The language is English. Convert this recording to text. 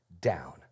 down